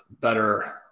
better